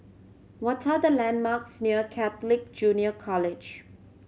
what are the landmarks near Catholic Junior College